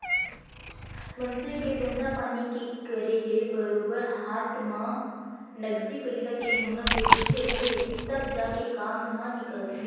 मनसे के धंधा पानी के करे ले बरोबर हात म नगदी पइसा के होना जरुरी रहिथे तब जाके काम ह निकलथे